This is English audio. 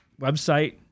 website